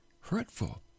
hurtful